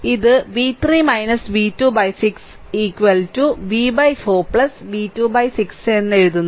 അതുകൊണ്ടാണ് ഇത് v3 v2 by 6 v 4 v2 by 6 എന്ന് എഴുതുന്നത്